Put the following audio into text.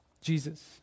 Jesus